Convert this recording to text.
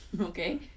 Okay